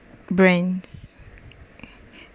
brands